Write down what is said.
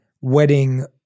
wedding